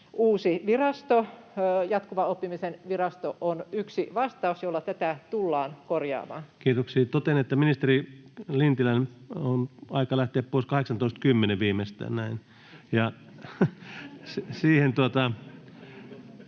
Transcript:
uusi virasto, jatkuvan oppimisen virasto on yksi vastaus, jolla tätä tullaan korjaamaan. Kiitoksia. — Totean, että ministeri Lintilän on aika lähteä pois kello 18.10